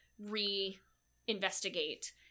re-investigate